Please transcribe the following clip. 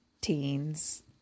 teens